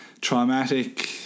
traumatic